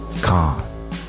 Calm